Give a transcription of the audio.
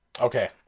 Okay